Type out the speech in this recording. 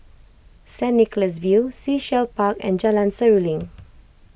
Saint Nicholas View Sea Shell Park and Jalan Seruling